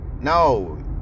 No